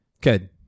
Good